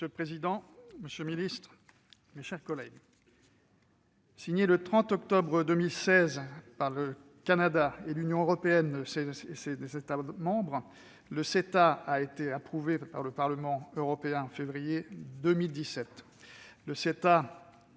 Monsieur le président, monsieur le ministre, mes chers collègues, signé le 30 octobre 2016 par le Canada et l'Union européenne et ses États membres, le CETA a été approuvé par le Parlement européen en février 2017.